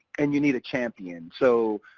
and you need a champion. so